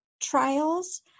trials